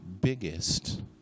biggest